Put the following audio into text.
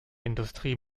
industrie